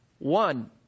One